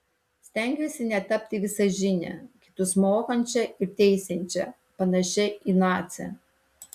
stengiuosi netapti visažine kitus mokančia ir teisiančia panašia į nacę